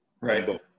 right